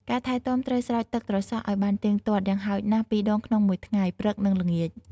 ការថែទាំត្រូវស្រោចទឹកត្រសក់ឲ្យបានទៀងទាត់ យ៉ាងហោចណាស់ពីរដងក្នុងមួយថ្ងៃ (ព្រឹក និងល្ងាច)។